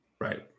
Right